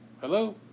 Hello